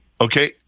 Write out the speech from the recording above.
Okay